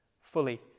fully